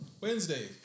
Wednesday